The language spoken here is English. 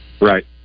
Right